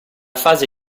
fase